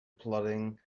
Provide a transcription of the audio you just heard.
plodding